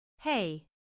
Hey